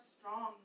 strong